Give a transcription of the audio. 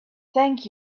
thank